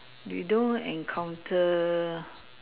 we don't encounter